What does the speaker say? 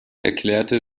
erklärte